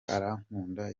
arankunda